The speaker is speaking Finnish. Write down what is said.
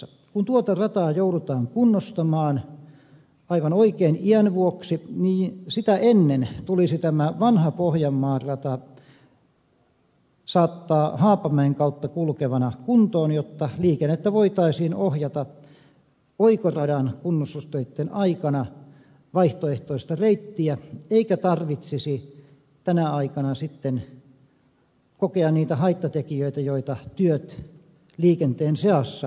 kun tuota rataa joudutaan kunnostamaan aivan oikein iän vuoksi niin sitä ennen tulisi tämä vanha pohjanmaan rata saattaa haapamäen kautta kulkevana kuntoon jotta liikennettä voitaisiin ohjata oikoradan kunnostustöitten aikana vaihtoehtoista reittiä eikä tarvitsisi tänä aikana sitten kokea niitä haittatekijöitä joita työt liikenteen seassa merkitsevät